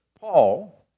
Paul